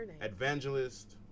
evangelist